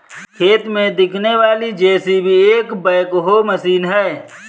खेत में दिखने वाली जे.सी.बी एक बैकहो मशीन है